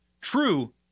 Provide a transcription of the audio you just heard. true